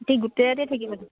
কি গোটেই ৰাতি থাকিব নেকি